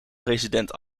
president